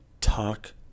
Talk